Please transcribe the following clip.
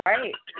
Right